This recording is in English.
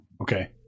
Okay